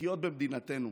לחיות במדינתנו.